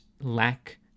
lack